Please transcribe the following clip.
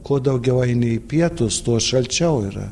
kuo daugiau aini į pietus tuo šalčiau yra